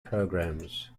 programs